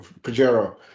Pajero